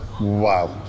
wow